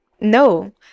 no